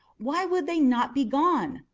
why would they not be gone?